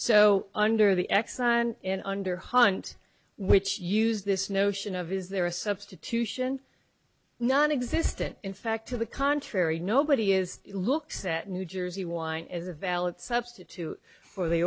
so under the x and under hont which use this notion of is there a substitution nonexistent in fact to the contrary nobody is looks at new jersey wine as a valid substitute for the